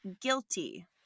Guilty